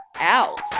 out